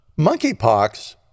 Monkeypox